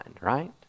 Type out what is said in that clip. right